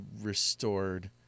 restored